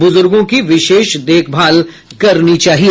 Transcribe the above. बुजुर्गों की विशेष देखभाल करनी चाहिए